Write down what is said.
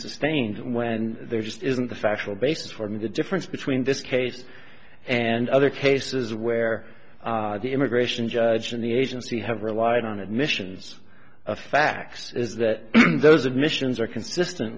sustained when there just isn't the factual basis for me the difference between this case and other cases where the immigration judge and the agency have relied on admissions of facts is that those admissions are consistent